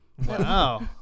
Wow